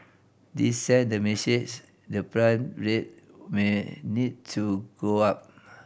this send the message the prime rate may need to go up